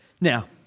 Now